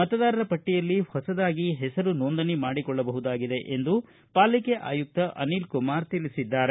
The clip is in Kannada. ಮತದಾರ ಪಟ್ಟಿಯಲ್ಲಿ ಹೊಸದಾಗಿ ಹೆಸರು ನೋಂದಣಿ ಮಾಡಿಕೊಳ್ಳಬಹುದಾಗಿದೆ ಎಂದು ಪಾಲಿಕೆ ಆಯುಕ್ತ ಅನಿಲ್ಕುಮಾರ್ ತಿಳಿಸಿದ್ದಾರೆ